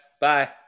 Bye